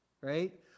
right